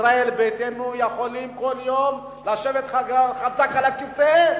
ישראל ביתנו יכולים לשבת כל יום חזק על הכיסא,